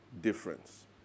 difference